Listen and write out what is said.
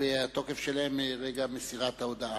והתוקף שלהן, מרגע מסירת ההודעה.